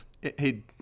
hey